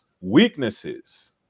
weaknesses